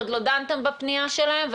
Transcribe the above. עוד לא דנתם בפנייה שלהם,